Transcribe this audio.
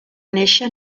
néixer